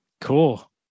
Cool